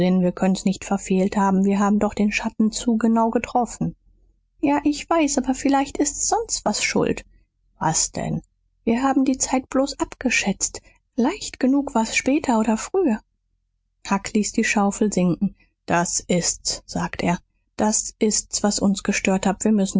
wir können s nicht verfehlt haben wir haben doch den schatten zu genau getroffen ja ich weiß aber vielleicht ist sonst was schuld was denn wir haben die zeit bloß abgeschätzt leicht genug war's später oder früher huck ließ die schaufel sinken das ist's sagte er das ist's was uns gestört hat wir müssen's